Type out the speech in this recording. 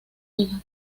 hijas